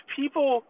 people